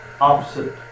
opposite